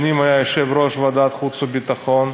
שנים היה יושב-ראש ועדת חוץ וביטחון,